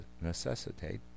necessitate